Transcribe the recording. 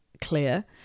clear